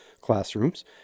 classrooms